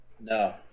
No